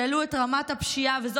שהעלו את רמת הפשיעה ב-37%,